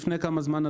לפני כמה זמן,